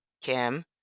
Kim